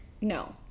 no